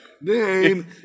name